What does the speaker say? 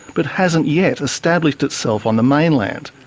but hasn't yet established itself on the mainland.